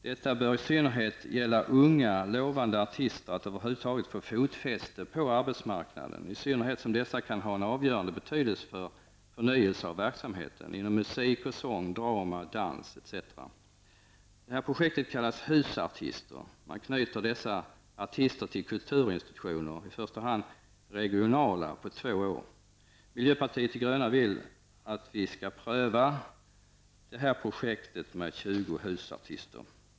Detta bör i synnerhet gälla unga lovande artister för att dessa över huvud taget skall kunna få ett fotfäste på arbetsmarknaden -- i synnerhet som dessa kan ha en avgörande betydelse för förnyelsen av verksamheten inom musik och sång, drama, dans etc. Projektet kallas husartister. Man knyter dessa artister till kulturinstitutioner, i första hand regionala, på två år. Miljöpartiet de gröna vill att vi skall pröva detta projekt med 20 husartister.